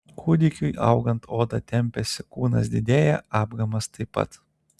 kūdikiui augant oda tempiasi kūnas didėja apgamas taip pat